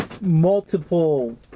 multiple